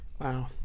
wow